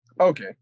Okay